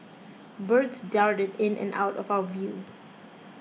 birds darted in and out of our view